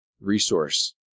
resource